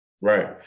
Right